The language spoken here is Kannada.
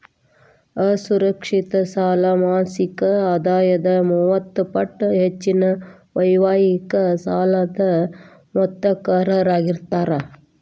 ಅಸುರಕ್ಷಿತ ಸಾಲ ಮಾಸಿಕ ಆದಾಯದ ಮೂವತ್ತ ಪಟ್ಟ ಹೆಚ್ಚಿನ ವೈಯಕ್ತಿಕ ಸಾಲದ ಮೊತ್ತಕ್ಕ ಅರ್ಹರಾಗಿರ್ತಾರ